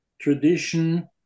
tradition